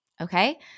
Okay